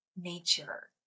nature